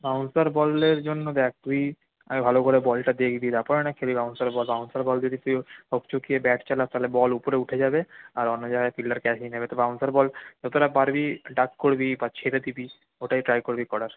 bouncer বলের জন্য দেখ তুই আগে ভালো করে বলটা দেখবি তারপরে না খেলবি বাউন্সার বল বাউন্সার বল যদি তুই হকচকিয়ে ব্যাট চালাস তাহলে বল উপরে উঠে যাবে আর অন্য জায়গায় ফিল্ডার ক্যাচ নিয়ে নেবে তো বাউন্সার বল যতটা পারবি ডাক করবি বা ছেড়ে দিবি ওটাই ট্রাই করবি করার